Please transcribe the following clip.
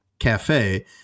cafe